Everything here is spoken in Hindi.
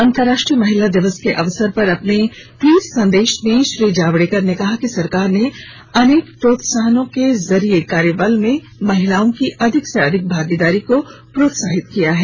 अंतर्राष्ट्रीय महिला दिवस के अवसर पर अपने ट्वीट संदेश में श्री जावडेकर ने कहा कि सरकार ने अनेक प्रोत्सासहनों के जरिये कार्यबल में महिलाओं की अधिक से अधिक भागीदारी को प्रोत्साहित किया है